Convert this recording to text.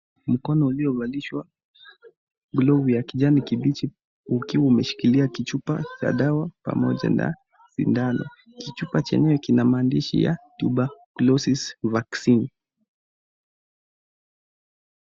Mkono uliovalishwa glovu ya kijani kibichi ukiwa umeshikilia kichupa ya dawa pamoja na sindano kichupa chenyewe kina maandishi ya Tuberculosis Vaccine .